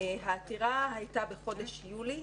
העתירה הייתה בחודש יולי.